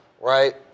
right